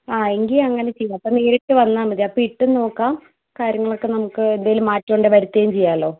ആ എങ്കിൽ അങ്ങനെ ചെയ്യാം അപ്പോൾ നേരിട്ട് വന്നാൽ മതി അപ്പം ഇട്ടും നോക്കാം കാര്യങ്ങളൊക്കെ നമുക്ക് എന്തെങ്കിലും മാറ്റമുണ്ടെങ്കിൽ വരുത്തുകയും ചെയ്യാമല്ലോ